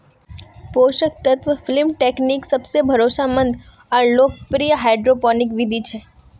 पोषक तत्व film technique सबसे भरोसामंद आर लोकप्रिय हाइड्रोपोनिक बिधि छ